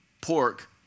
pork